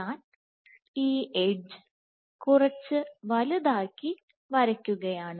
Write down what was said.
ഞാൻ ഈ എഡ്ജ് കുറച്ച് വലുതാക്കി വരയ്ക്കുകയാണ്